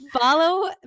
follow